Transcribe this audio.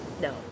No